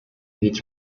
beat